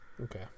Okay